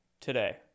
today